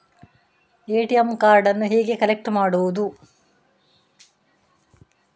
ATM ಕಾರ್ಡನ್ನು ಹೇಗೆ collect ಮಾಡುವುದು?